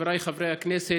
חבריי חברי הכנסת,